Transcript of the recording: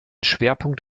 schwerpunkt